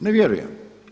Ne vjerujem.